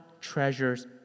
treasures